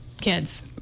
kids